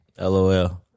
LOL